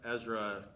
Ezra